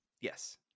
Yes